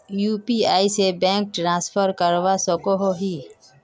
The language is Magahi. यु.पी.आई से बैंक ट्रांसफर करवा सकोहो ही?